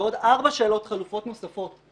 ועוד ארבע שאלות חלופות נוספות,